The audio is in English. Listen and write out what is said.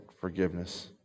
forgiveness